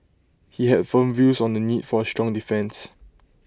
he had firm views on the need for A strong defence